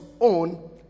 own